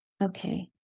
Okay